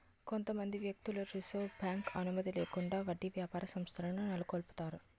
కొంతమంది వ్యక్తులు reserve bank అనుమతి లేకుండా వడ్డీ వ్యాపార సంస్థలను నెలకొల్పుతారు